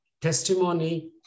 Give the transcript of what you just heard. testimony